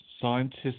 Scientists